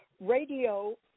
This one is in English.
radio